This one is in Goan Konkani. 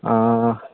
आं